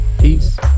Peace